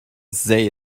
say